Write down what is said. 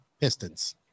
pistons